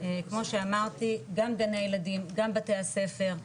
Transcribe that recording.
כמו שאמרתי גם גני הילדים גם בתי הספר,